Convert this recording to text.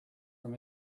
from